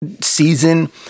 season